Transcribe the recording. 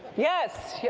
yes.